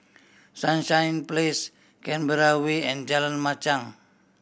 Sunshine Place Canberra Way and Jalan Machang